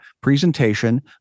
presentation